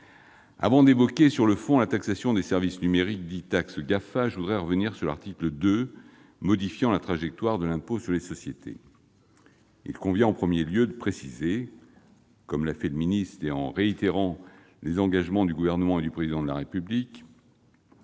Avant d'évoquer sur le fond la taxation des services numériques, dite taxe GAFA, je reviendrai sur l'article 2 modifiant la trajectoire de l'impôt sur les sociétés. Il convient en premier lieu de préciser, comme l'a fait le ministre en réitérant les engagements du Gouvernement et du Président de la République,